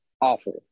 awful